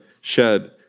shed